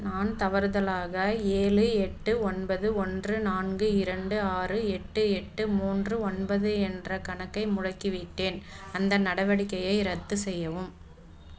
நான் தவறுதலாக ஏழு எட்டு ஒன்பது ஒன்று நான்கு இரண்டு ஆறு எட்டு எட்டு மூன்று ஒன்பது என்ற கணக்கை முடக்கிவிட்டேன் அந்த நடவடிக்கையை ரத்து செய்யவும்